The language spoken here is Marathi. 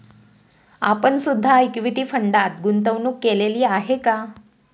आपण सुद्धा इक्विटी फंडात गुंतवणूक केलेली आहे का?